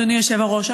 אדוני היושב-ראש,